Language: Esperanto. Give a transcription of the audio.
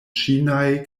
ĉinaj